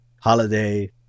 Holiday